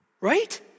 Right